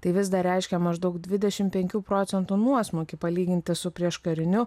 tai vis dar reiškia maždaug dvidešim penkių procentų nuosmukį palyginti su prieškariniu